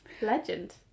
Legend